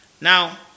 Now